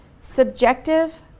Subjective